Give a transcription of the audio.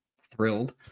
thrilled